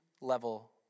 level